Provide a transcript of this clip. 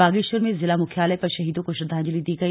बागेश्वर में ज़िला मुख्यालय पर शहीदों को श्रद्वांजलि दी गई